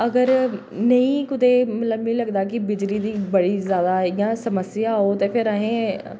अगर नेईं कुतै मिगी लगदा की बिजली दी बड़ी ज़ादा इ'यां समस्या होग फिर असें